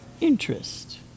interest